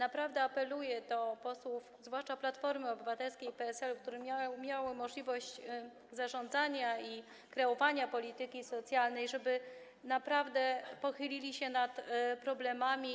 Apeluję do posłów, zwłaszcza do posłów Platformy Obywatelskiej i PSL, którzy mieli możliwość zarządzania, kreowania polityki socjalnej, żeby naprawdę pochylili się nad problemami.